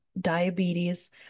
diabetes